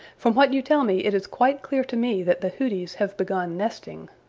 from what you tell me it is quite clear to me that the hooties have begun nesting.